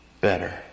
better